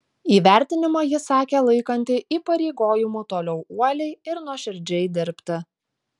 įvertinimą ji sakė laikanti įpareigojimu toliau uoliai ir nuoširdžiai dirbti